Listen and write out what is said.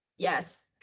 Yes